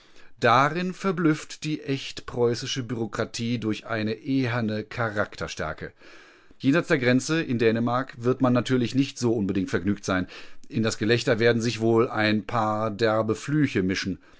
darin verblüfft die echt preußische bureaukratie durch eine eherne charakterstärke jenseits der grenze in dänemark wird man natürlich nicht so unbedingt vergnügt sein in das gelächter werden sich wohl ein paar derbe flüche mischen